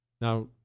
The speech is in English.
Now